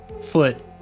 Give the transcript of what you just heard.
foot